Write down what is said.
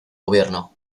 gobierno